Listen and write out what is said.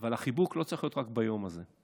אבל החיבוק לא צריך להיות רק ביום הזה,